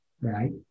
right